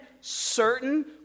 certain